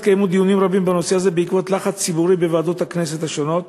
בעקבות לחץ ציבורי התקיימו דיונים רבים בנושא הזה בוועדות הכנסת השונות,